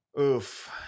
oof